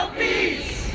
peace